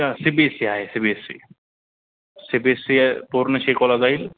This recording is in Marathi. हा सी बी एस सी आहे C B S C C B S C आहे पूर्ण शिकवलं जाईल